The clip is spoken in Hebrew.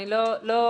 אני לא נלהבת.